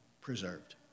preserved